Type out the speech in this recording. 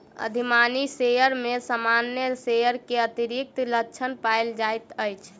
अधिमानी शेयर में सामान्य शेयर के अतिरिक्त लक्षण पायल जाइत अछि